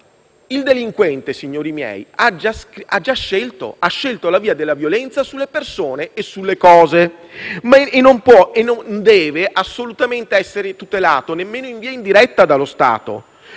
Il delinquente, signori miei, ha già scelto la via della violenza sulle persone e sulle cose, ma non può e non deve assolutamente essere tutelato, nemmeno in via indiretta, dallo Stato: